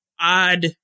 odd